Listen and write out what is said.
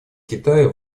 китая